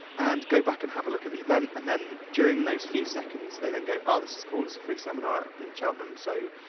and go back and have a look at the event, and then, during those few seconds, they then go, oh, this is cool. it's a free seminar in cheltenham, so,